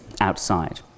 outside